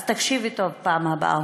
אז תקשיבי טוב בפעם הבאה.